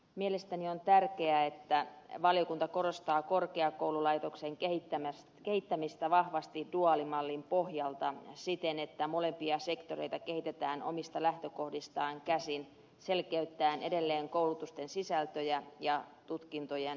mielestäni on tärkeää että valiokunta korostaa korkeakoululaitoksen kehittämistä vahvasti duaalimallin pohjalta siten että molempia sektoreita kehitetään omista lähtökohdistaan käsin selkeyttäen edelleen koulutusten sisältöjä ja tutkintojen eroavaisuuksia